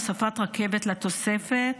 הוספת רכבת לתוספת).